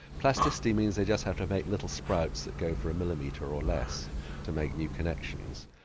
plasticity means they just have to make little sprouts that go for a millimetre or less to make new connections.